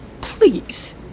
Please